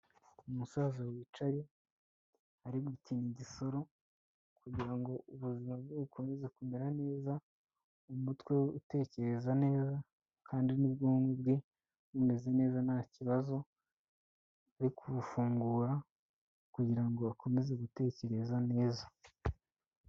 Umusaza wicaye ari gukina igisoro kugira ngo ubuzima bwe bukomeze kumera neza, umutwe utekereza neza kandi n'ubwonko bwungu bwe bumeze neza nta kibazo, ari kubufungura kugira ngo akomeze gutekereza neza.